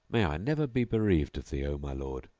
may i never be bereaved of thee, o my lord,